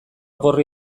gorri